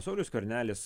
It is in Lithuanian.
saulius skvernelis